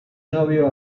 novio